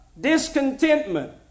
discontentment